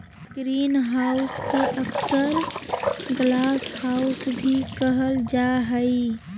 greenhouse के अक्सर glasshouse भी कहल जा हइ